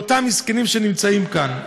לאותם מסכנים שנמצאים כאן.